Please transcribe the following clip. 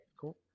Cool